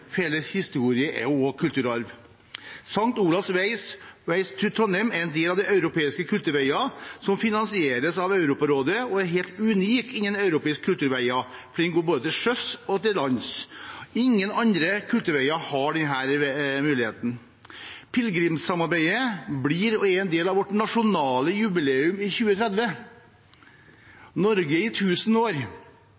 Felles historie er også kulturarv. St. Olav’s Ways til Trondheim er en del av de europeiske kulturveiene, som finansieres av Europarådet. Den er helt unik blant de europeiske kulturveiene, for den går både til sjøs og til lands. Ingen andre kulturveier har denne muligheten. Pilgrimssamarbeidet er og blir en del av vårt nasjonale jubileum i 2030,